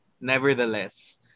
nevertheless